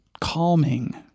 calming